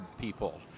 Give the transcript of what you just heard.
people